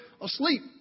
asleep